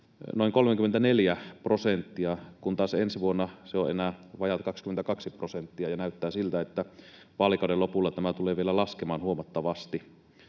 noin 34 prosenttia, kun taas ensi vuonna se on enää vajaat 22 prosenttia, ja näyttää siltä, että vaalikauden lopulla tämä tulee vielä laskemaan huomattavasti.